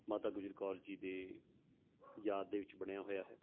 ਮਾਤਾ ਗੁਜਰ ਕੌਰ ਜੀ ਦੇ ਯਾਦ ਦੇ ਵਿੱਚ ਬਣਿਆ ਹੋਇਆ ਹੈ